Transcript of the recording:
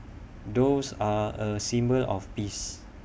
doves are A symbol of peace